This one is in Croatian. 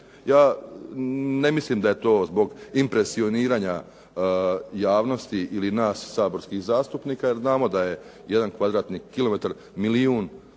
Ja ne mislim da je to zbog impresioniranja javnosti ili nas saborskih zastupnika jer znamo da je jedan kvadratni kilometar milijun